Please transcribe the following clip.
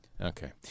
Okay